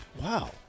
Wow